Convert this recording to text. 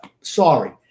sorry